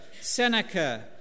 Seneca